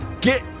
Get